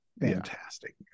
Fantastic